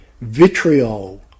vitriol